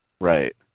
Right